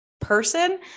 person